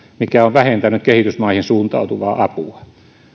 mikä on vähentänyt kehitysmaihin suuntautuvaa apua